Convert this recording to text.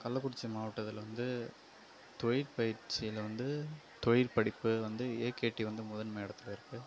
கள்ளக்குறிச்சி மாவட்டத்தில் வந்து தொழிற்பயிற்சியில வந்து தொழில் படிப்பு வந்து ஏகேடி வந்து முதன்மை இடத்துல இருக்கு